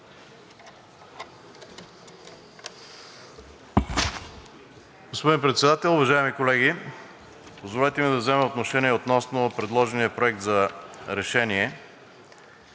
Господин Председател, уважаеми колеги! Позволете ми да взема отношение относно предложения Проект за решение